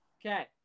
Okay